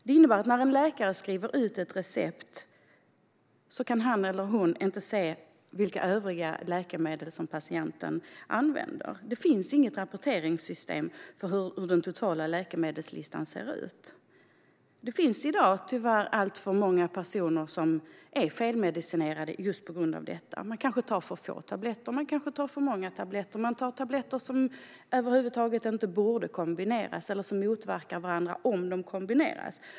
Det innebär att när en läkare skriver ut ett recept kan han eller hon inte se vilka övriga läkemedel som patienten använder. Det finns inget rapporteringssystem för hur den totala läkemedelslistan ser ut. Det finns i dag, tyvärr, alltför många personer som är felmedicinerade. De kanske tar för få tabletter, för många tabletter eller tar tabletter som över huvud taget inte borde kombineras eller som motverkar varandra om de kombineras.